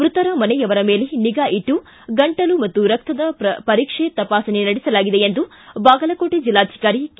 ಮೃತರ ಮನೆಯವರ ಮೇಲೆ ನಿಗಾ ಇಟ್ಟು ಗಂಟಲು ಮತ್ತು ರಕ್ತದ ಪರೀಕ್ಷೆ ತಪಾಸಣೆ ನಡೆಸಲಾಗಿದೆ ಎಂದು ಬಾಗಲಕೋಟೆ ಜಿಲ್ಲಾಧಿಕಾರಿ ಕೆ